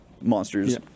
monsters